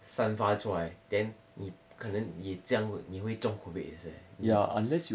散发出来 then 你可能你将你会中 COVID 也是 eh